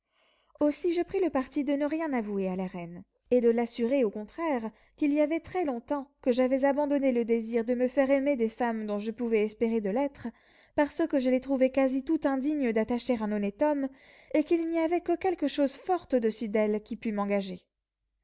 ainsi je pris le parti de ne rien avouer à la reine et de l'assurer au contraire qu'il y avait très longtemps que j'avais abandonné le désir de me faire aimer des femmes dont je pouvais espérer de l'être parce que je les trouvais quasi toutes indignes d'attacher un honnête homme et qu'il n'y avait que quelque chose fort au-dessus d'elles qui pût m'engager